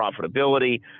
profitability